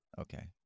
Okay